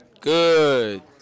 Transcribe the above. good